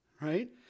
right